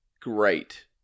great